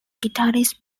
guitarist